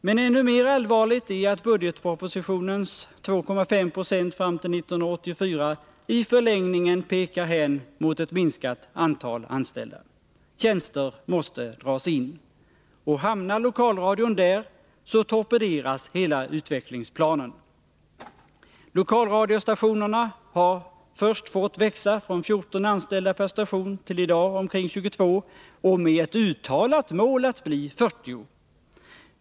Men ännu mer allvarligt är att budgetpropositionens 2,5 96 fram till 1984 i förlängningen pekar hän mot ett minskat antal anställda. Tjänster måste dras in. Och hamnar lokalradion där, torpederas hela utvecklingsplanen. Lokalradiostationerna har först fått växa från 14 anställda per station till i dag omkring 22 och med ett uttalat mål att bli 40.